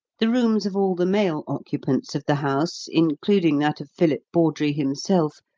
the rooms of all the male occupants of the house, including that of philip bawdrey himself,